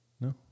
No